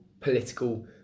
political